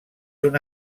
una